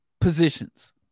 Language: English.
positions